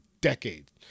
decades